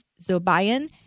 Zobayan